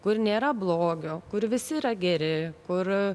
kur nėra blogio kur visi yra geri kur